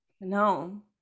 no